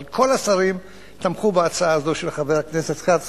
אבל כל השרים תמכו בהצעה הזאת של חבר הכנסת כץ,